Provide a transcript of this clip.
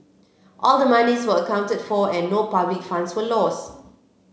all the monies were accounted for and no public funds were lost